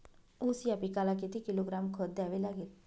ऊस या पिकाला किती किलोग्रॅम खत द्यावे लागेल?